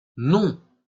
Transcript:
non